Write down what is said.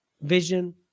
vision